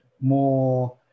more